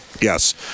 yes